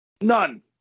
None